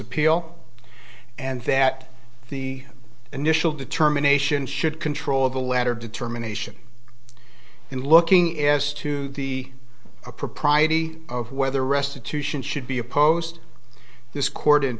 appeal and that the initial determination should control of the latter determination in looking as to the propriety of whether restitution should be a post this court in